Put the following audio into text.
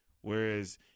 Whereas